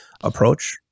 approach